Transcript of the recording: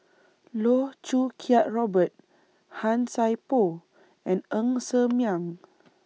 Loh Choo Kiat Robert Han Sai Por and Ng Ser Miang